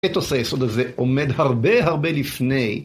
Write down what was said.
אתווס היסוד הזה עומד הרבה הרבה לפני.